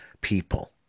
people